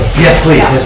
yes please,